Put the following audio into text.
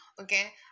Okay